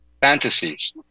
fantasies